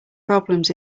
problems